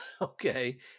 Okay